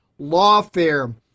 Lawfare